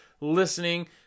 listening